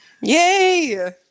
Yay